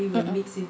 mm